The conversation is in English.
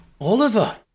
Oliver